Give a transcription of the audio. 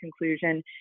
conclusion